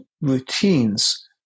routines